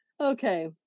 Okay